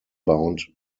bound